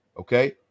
Okay